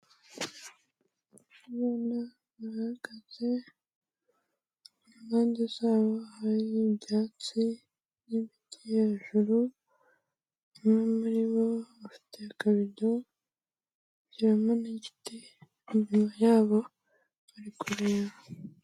Abana barahagaze, impande zabo hari ibyatsi n'ibiti hejuru, umwe muri bo afite akabido harimo n'igiti, ruguru yabo bari kureba.